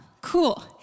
cool